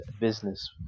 business